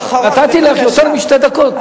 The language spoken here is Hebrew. נתתי לך יותר משתי דקות.